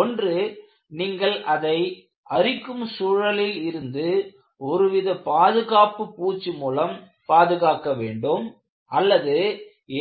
ஒன்று நீங்கள் அதை அரிக்கும் சூழலில் இருந்து ஒருவித பாதுகாப்பு பூச்சு மூலம் பாதுகாக்க வேண்டும் அல்லது